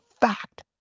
fact